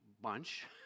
bunch